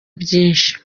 byinshi